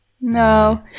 no